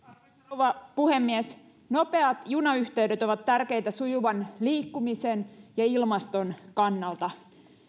rouva puhemies nopeat junayhteydet ovat tärkeitä sujuvan liikkumisen ja ilmaston kannalta